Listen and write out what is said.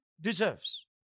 deserves